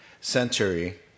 century